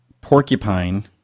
Porcupine